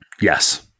Yes